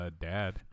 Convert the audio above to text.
dad